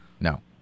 No